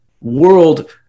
world